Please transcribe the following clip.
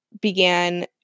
began